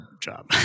job